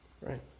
right